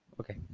okay